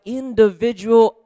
individual